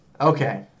Okay